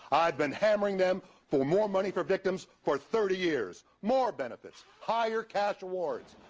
i've been hammering them for more money for victims for thirty years. more benefits, higher cash awards.